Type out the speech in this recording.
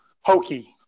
hokey